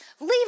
Leave